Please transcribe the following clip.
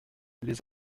les